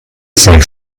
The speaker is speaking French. cinq